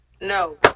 No